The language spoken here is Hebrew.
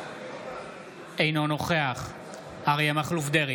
אינו נוכח אריה מכלוף דרעי,